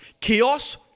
Chaos